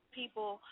people